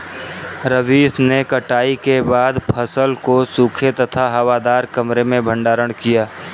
रवीश ने कटाई के बाद फसल को सूखे तथा हवादार कमरे में भंडारण किया